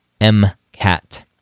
MCAT